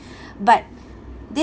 but